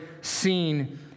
seen